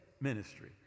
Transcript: ministry